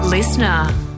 Listener